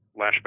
lashback